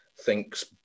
thinks